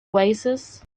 oasis